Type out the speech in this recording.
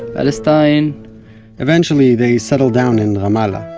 palestine eventually they settled down in ramallah,